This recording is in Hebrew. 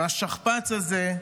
והשכפ"ץ הזה,